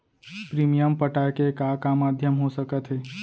Premium पटाय के का का माधयम हो सकत हे?